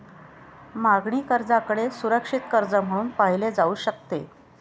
मागणी कर्जाकडे सुरक्षित कर्ज म्हणून पाहिले जाऊ शकते